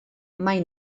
mai